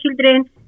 children